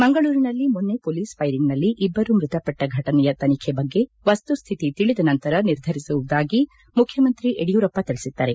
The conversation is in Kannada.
ಮಂಗಳೂರಿನಲ್ಲಿ ಮೊನ್ನೆ ಮೋಲಿಸ್ ಫೈರಿಂಗ್ನಲ್ಲಿ ಇಬ್ಬರು ಮೃತಪಟ್ಟ ಘಟನೆಯ ತನಿಖೆ ಬಗ್ಗೆ ವಸ್ತುಸ್ಥಿತಿ ತಿಳಿದ ನಂತರ ನಿರ್ಧರಿಸುವುದಾಗಿ ಮುಖ್ಯಮಂತ್ರಿ ಯಡಿಯೂರಪ್ಪ ತಿಳಿಸಿದ್ದಾರೆ